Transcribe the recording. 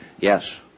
Yes